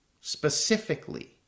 specifically